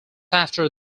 after